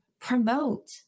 promote